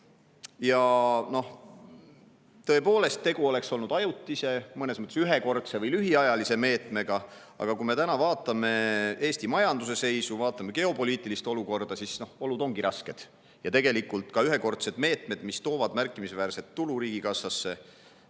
Tõepoolest, tegu oleks olnud ajutise, mõnes mõttes ühekordse või lühiajalise meetmega, aga kui me vaatame täna Eesti majanduse seisu ja vaatame geopoliitilist olukorda, siis [näeme, et] olud ongi rasked. Tegelikult oleks ka ühekordsed meetmed, mis toovad märkimisväärset tulu riigikassasse,